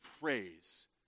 praise